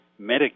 Medicare